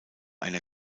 einer